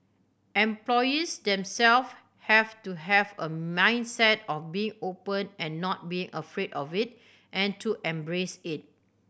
employees themselves have to have a mindset of being open and not being afraid of it and to embrace it